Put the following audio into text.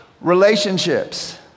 Relationships